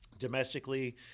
Domestically